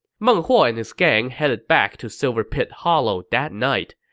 meng huo and his gang headed back to silver pit hollow that night.